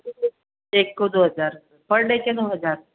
एक को दो हज़ार पर डे के दो हज़ार